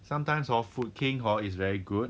sometimes hor food king hor is very good